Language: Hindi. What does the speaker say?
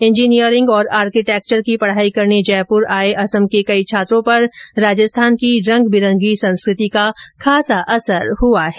इंजीनियरिंग और आर्किटेक्चर की पढाई करने जयपुर आए असम के कई छात्रो पर राजस्थान की रंगबिरंगी संस्कृति का खासा असर हुआ है